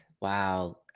Wow